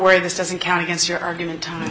worry this doesn't count against your argument t